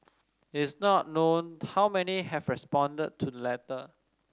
it is not known how many have responded to letter